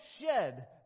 shed